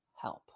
help